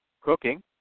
cooking